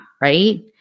right